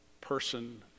person